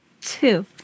Two